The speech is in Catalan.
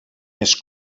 més